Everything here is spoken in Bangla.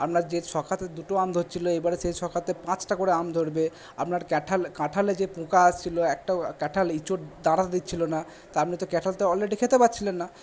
আপনার যে শখাতে দুটো আম ধরছিলো এবারে সেই শখাতে পাঁচটা করে আম ধরবে আপনার ক্যাঠাল কাঁঠাল যে পোকা আসছিলো একটাও কাঁঠাল এঁচোড় দাঁড়াতে দিচ্ছিলো না তা আপনি তো কাঁঠাল অলরেডি খেতে পাচ্ছিলেন না